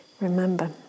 remember